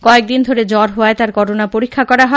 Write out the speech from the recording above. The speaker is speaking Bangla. কয়েকদিন ধরে জ্বর হওয়ায় তাঁর করোনা পরীক্ষা করা হয়